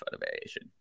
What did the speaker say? variation